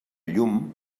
llum